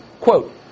Quote